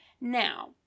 Now